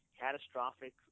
catastrophic